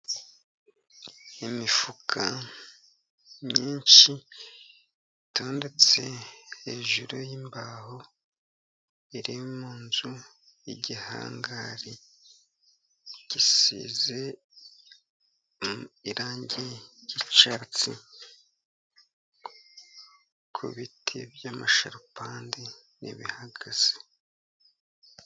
Imifuka myinshi itondetse hejuru yimbaho, iri munzu y'igihangari gisize irangi ry'icyatsi ku biti byamasharupandi nibihagaze.